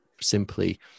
simply